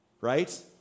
right